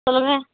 சொல்லுங்கள்